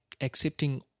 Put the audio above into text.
accepting